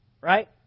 right